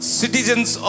citizens